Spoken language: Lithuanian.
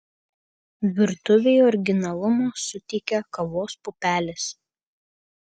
virtuvei originalumo suteikia kavos pupelės